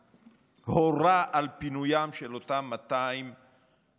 הורה על פינוים של אותם 200 בדואים